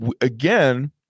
again